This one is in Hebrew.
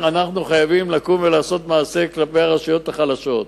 אנחנו חייבים לקום ולעשות מעשה כלפי הרשויות החלשות.